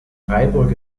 freiburg